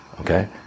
okay